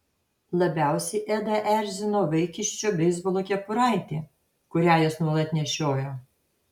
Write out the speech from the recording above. labiausiai edą erzino vaikiščio beisbolo kepuraitė kurią jis nuolat nešiojo